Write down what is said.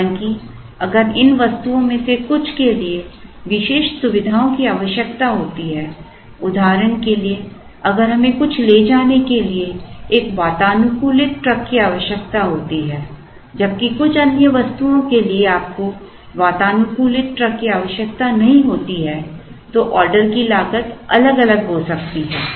हालांकि अगर इन वस्तुओं में से कुछ के लिए विशेष सुविधाओं की आवश्यकता होती है उदाहरण के लिए अगर हमें कुछ ले जाने के लिए एक वातानुकूलित ट्रक की आवश्यकता होती है जबकि कुछ अन्य वस्तुओं के लिए आपको वातानुकूलित ट्रक की आवश्यकता नहीं होती है तो ऑर्डर की लागत अलग अलग हो सकती है